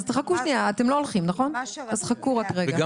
אז ברור שהנושא הוא יותר פשוט.